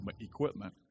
equipment